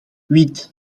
huit